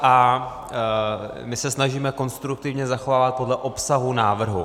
My se snažíme konstruktivně zachovávat podle obsahu návrhu.